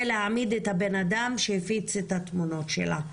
להעמיד לדין את הבן אדם שהפיץ את התמונות שלה.